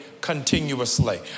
continuously